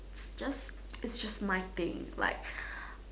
just is just my thing like